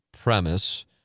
premise